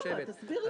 תסביר לנו.